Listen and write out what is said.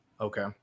okay